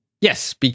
Yes